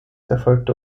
erfolgte